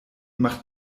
macht